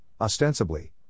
ostensibly